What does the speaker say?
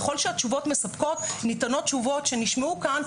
ככל שהתשובות מספקות ניתנות תשובות שנשמעו כאן,